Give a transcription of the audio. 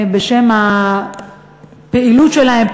בשם הפעילות שלהם,